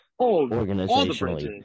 organizationally